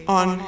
on